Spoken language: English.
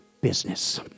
business